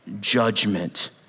judgment